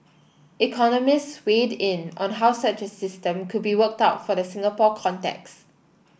economists weighed in on how such a system could be worked out for the Singapore context